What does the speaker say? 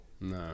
No